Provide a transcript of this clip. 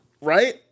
Right